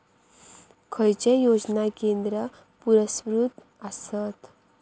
खैचे योजना केंद्र पुरस्कृत आसत?